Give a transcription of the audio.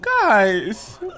guys